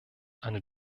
eine